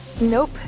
Nope